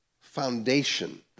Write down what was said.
foundation